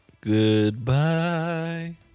goodbye